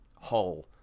hull